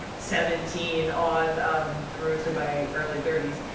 seventeen on um through to my early thirty s.